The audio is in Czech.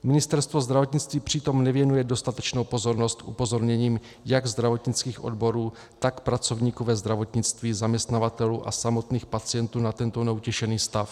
Ministerstvo zdravotnictví přitom nevěnuje dostatečnou pozornost upozorněním jak zdravotnických odborů, tak pracovníků ve zdravotnictví, zaměstnavatelů a samotných pacientů na tento neutěšený stav.